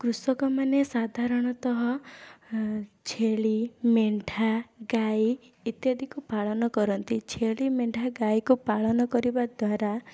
କୃଷକମାନେ ସାଧାରଣତଃ ଏଁ ଛେଳି ମେଣ୍ଢା ଗାଈ ଇତ୍ୟାଦିକୁ ପାଳନ କରନ୍ତି ଛେଳି ମେଣ୍ଢା ଗାଈକୁ ପାଳନ କରିବା ଦ୍ୱାରା